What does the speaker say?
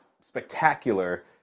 spectacular